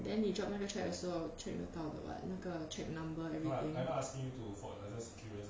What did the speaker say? then 你 drop 那个 cheque 的时候 check 得到的 [what] 那个 cheque number everything